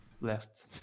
left